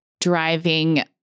driving